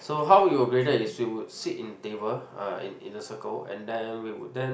so how we were graded is we would sit in table uh in in a circle and then we would then